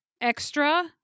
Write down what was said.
extra